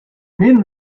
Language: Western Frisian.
min